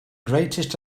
greatest